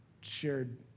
shared